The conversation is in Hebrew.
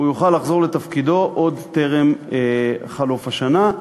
הוא יוכל לחזור לתפקידו עוד טרם חלוף השנה.